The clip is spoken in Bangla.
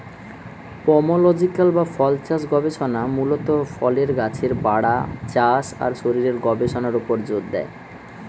পোমোলজিক্যাল বা ফলচাষ গবেষণা মূলত ফলের গাছের বাড়া, চাষ আর শরীরের গবেষণার উপর জোর দেয়